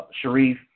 Sharif